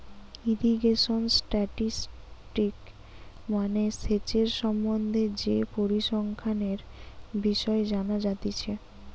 irrigation statistics মানে সেচের সম্বন্ধে যে পরিসংখ্যানের বিষয় জানা যাতিছে